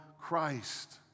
Christ